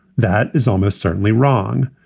that is almost certainly wrong.